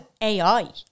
AI